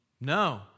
No